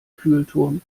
kühlturm